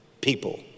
people